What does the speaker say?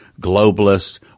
globalists